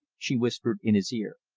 she whispered in his ear.